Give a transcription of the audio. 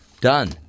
Done